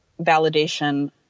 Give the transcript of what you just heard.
validation